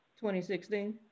2016